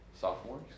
Sophomores